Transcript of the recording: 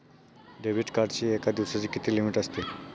Debit कार्डची एका दिवसाची किती लिमिट असते?